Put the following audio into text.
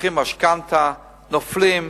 לוקחים משכנתה, נופלים.